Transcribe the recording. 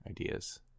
ideas